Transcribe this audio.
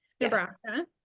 Nebraska